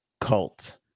cult